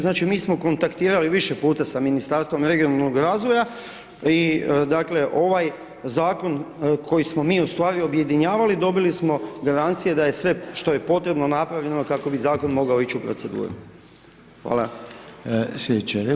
Znači, mi smo kontaktirali više puta sa Ministarstvom regionalnog razvoja i dakle, ovaj Zakon koji smo mi u stvari objedinjavali, dobili smo garancije, da je sve, što je potrebno napravljeno kako bi Zakon mogao ići u proceduru.